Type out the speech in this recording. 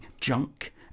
junk